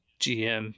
gm